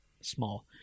small